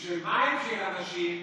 מים שיהיו לאנשים,